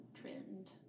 trend